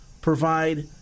provide